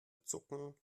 zucken